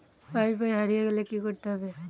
পাশবই হারিয়ে গেলে কি করতে হবে?